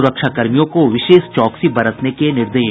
सुरक्षाकर्मियों को विशेष चौकसी बरतने के निर्देश